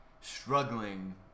struggling